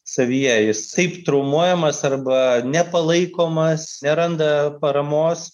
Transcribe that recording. savyje jis taip traumuojamas arba nepalaikomas neranda paramos